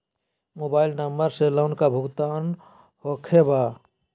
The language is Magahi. मोबाइल नंबर से लोन का भुगतान होखे बा?